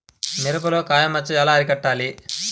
మిరపలో కాయ మచ్చ ఎలా అరికట్టాలి?